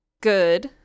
good